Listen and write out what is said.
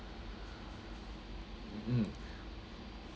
mm